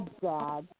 dad